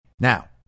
Now